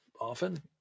often